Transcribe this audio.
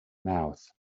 mouth